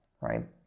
right